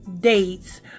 dates